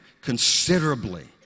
considerably